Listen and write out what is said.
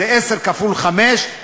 זה 10 כפול 5,